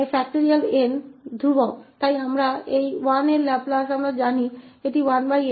स्थिर है इसलिए यहाँ 1 का लाप्लास है हम जानते हैं कि यह 1s है